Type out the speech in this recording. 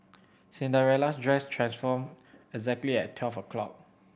Cinderella's dress transformed exactly at twelve o'clock